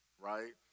right